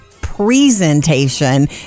presentation